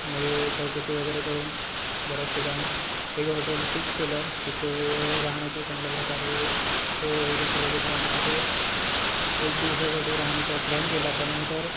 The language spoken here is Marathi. मधे चौकशी वगैरे करून बऱ्याच ठिकाणी एक हॉटेल फिक्स केलं तिथे राहण्याची चांगल्या प्रकारे सोय होईल असं बघितलं आणि तिथे एक दिवसासाठी राहण्याचा प्लॅन केला त्यानंतर